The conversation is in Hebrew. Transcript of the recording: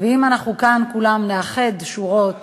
ואם אנחנו כאן כולנו נאחד שורות